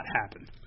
happen